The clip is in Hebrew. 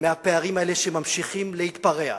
מהפערים האלה שממשיכים להתפרע.